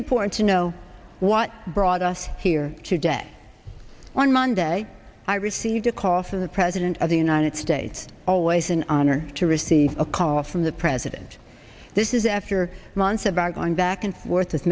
important to know what brought us here today on monday i received a call from the president of the united states always an honor to receive a call from the president this is after months about going back and forth